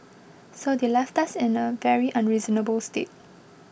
so they left us in a very unreasonable state